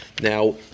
Now